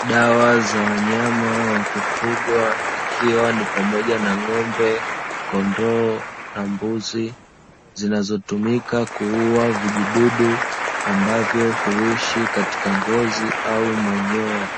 Dawa za wanyama wa kufugwa ikiwa ni pamoja na ng'ombe, kondoo na mbuzi zinazotumika kuua vijidudu, ambavyo huishi katika ngozi au manyoya